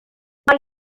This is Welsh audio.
mae